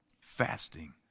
Fasting